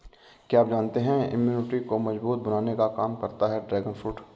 क्या आप जानते है इम्यूनिटी को मजबूत बनाने का काम करता है ड्रैगन फ्रूट?